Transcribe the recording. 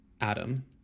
Adam